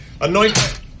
anoint